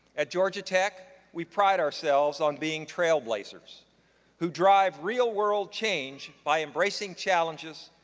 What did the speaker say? at georgia tech, we pride ourselves on being trailblazers who drive real world change by embracing challenges,